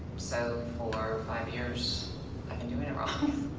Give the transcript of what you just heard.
so for five years i've been doing it wrong.